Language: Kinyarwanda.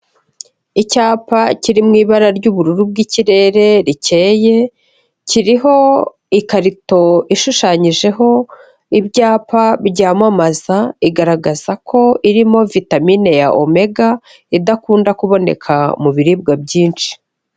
Icyapa kiri mu ibara ry'ubururu bw'ikirere rikeye, kiriho ikarito ishushanyijeho ibyapa byamamaza, igaragaza ko irimo vitamine ya omega, idakunda kuboneka mu biribwa byinshi.